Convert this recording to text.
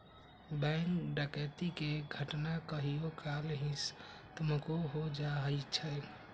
bank डकैती के घटना कहियो काल हिंसात्मको हो जाइ छइ